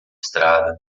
estrada